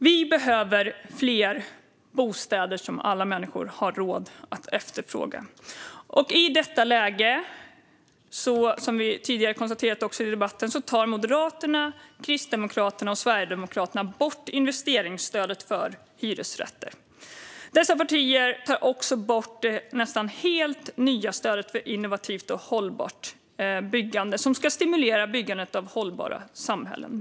Vi behöver fler bostäder som alla människor har råd att efterfråga. I detta läge, som vi tidigare har konstaterat i debatten, tar Moderaterna, Kristdemokraterna och Sverigedemokraterna bort investeringsstödet för hyresrätter. Dessa partier tar också bort det nästan helt nya stödet för innovativt och hållbart byggande som ska stimulera byggande av hållbara samhällen.